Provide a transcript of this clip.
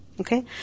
Okay